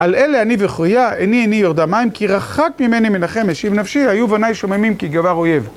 על אלה אני בוכיה עיני עיני ירדה מים כי רחק ממני מנחם משיב נפשי היו בני שוממים כי גבר אויב